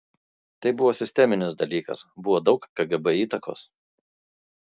tai buvo sisteminis dalykas buvo daug kgb įtakos